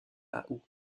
août